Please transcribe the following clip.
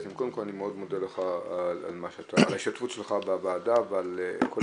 חבר הכנסת מקלב ועל ידי הוועדה לכתוב מסמך